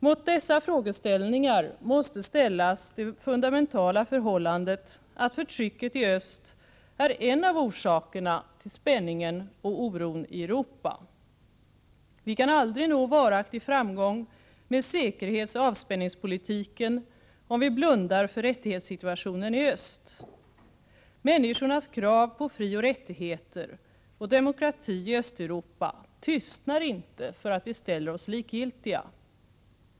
Mot dessa frågeställningar måste ställas det fundamentala förhållandet att förtrycket i öst är en av orsakerna till spänningen och oron i Europa. Vi kan aldrig nå varaktig framgång med säkerhetsoch avspänningspolitiken, om vi blundar för rättighetssituationen i öst. Människornas krav på frioch rättigheter samt demokrati i Östeuropa tystnar inte för att vi ställer oss likgiltiga.